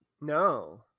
No